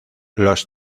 los